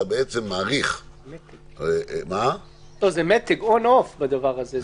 בעצם --- זה מתג on/off בדבר הזה.